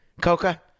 Coca